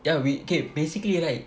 ya we K basically right